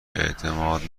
اعتماد